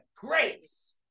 grace